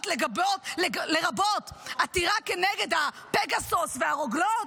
לרבות עתירה כנגד הפגסוס והרוגלות,